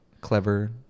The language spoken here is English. Clever